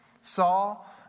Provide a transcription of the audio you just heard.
Saul